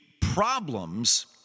problems